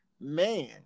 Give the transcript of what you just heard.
man